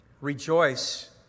Rejoice